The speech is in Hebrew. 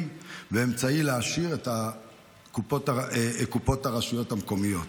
ואמצעי להעשיר את הקופות של הרשויות המקומיות.